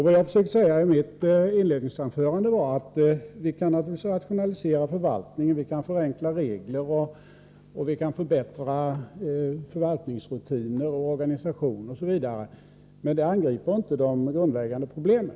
Vad jag i mitt inledningsanförande försökte säga var att vi naturligtvis kan rationalisera förvaltningen, vi kan förenkla regler och vi kan förbättra förvaltningsrutiner, organisation osv. Det angriper emellertid inte de grundläggande problemen.